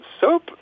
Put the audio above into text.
Soap